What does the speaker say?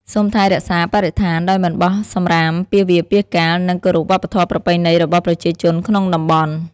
សូមថែរក្សាបរិស្ថាន ដោយមិនបោះសំរាមពាសវាលពាសកាល និងគោរពវប្បធម៌ប្រពៃណីរបស់ប្រជាជនក្នុងតំបន់។